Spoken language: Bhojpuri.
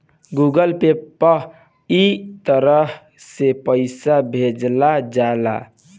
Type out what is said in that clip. गूगल पे पअ इ तरह से पईसा भेजल जाला